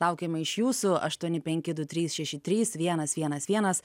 laukiame iš jūsų aštuoni penki du trys šeši trys vienas vienas vienas